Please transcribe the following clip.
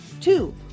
Two